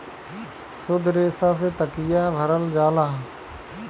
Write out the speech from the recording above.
सुद्ध रेसा से तकिया भरल जाला